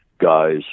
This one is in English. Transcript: guys